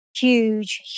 huge